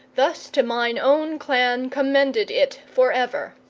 thus to mine own clan commended it for ever.